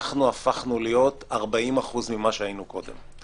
אנחנו הפכנו להיות 40% ממה שהיינו קודם.